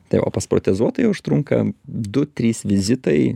tai o pas protezuotoją užtrunka du trys vizitai